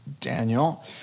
Daniel